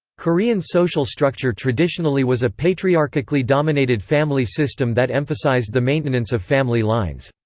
korean social structure traditionally was a patriarchically dominated family system that emphasized the maintenance of family lines.